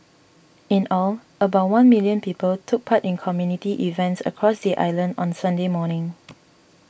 in all about one million people took part in community events across the island on Sunday morning